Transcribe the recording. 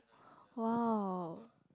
!wow!